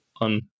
on